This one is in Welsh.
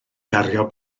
gario